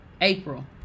April